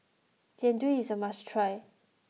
Jian Dui is a must try